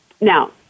now